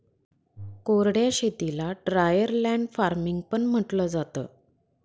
कोरड्या शेतीला dryer land farming पण म्हंटलं जातं